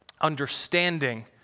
understanding